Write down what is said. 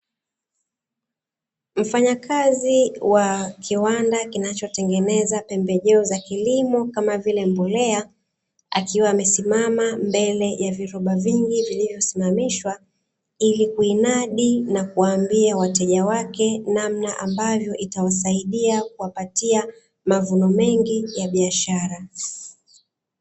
Mfanyakazi wa kiwanda kinachotengeza pembejeo za kilimo kama vile mbolea, akiwa amesimama mbele ya viroba vingi vilivyosimamishwa. Ili kuinadi na kuwaambia wateja wake namna ambavyo itawasaidia kuwapatia mavuno mengi ya biashara.